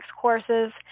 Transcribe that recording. courses